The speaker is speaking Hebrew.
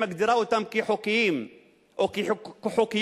מגדירה אותן כחוקיות למרות,